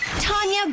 Tanya